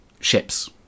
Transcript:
ships